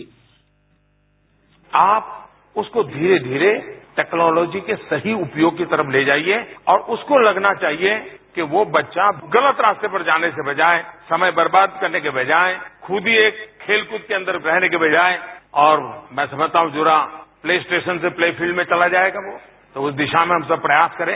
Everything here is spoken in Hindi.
बाईट आप उसको धीरे धीरे टेक्नॉलोजी के सही उपयोग की तरफ ले जाइये और उसको लगना चाहिए कि वो बच्चा गलत रास्ते पर जाने की बजाए समय बर्बाद करने के बजाए खुद ही एक खेलकूद के अंदर रहने के बजाए और मैं समझता हूं जो राह प्ले स्टेशन से प्ले फील्ड में चला जाएगा वो तो उस दिशा में हम सब प्रयास करें